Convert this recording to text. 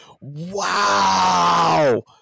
Wow